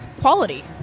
quality